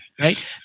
Right